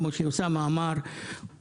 כמו שאוסאמה אמר,